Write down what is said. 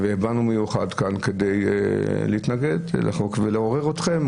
באנו במיוחד לכאן כדי להתנגד לחוק ולעורר אתכם,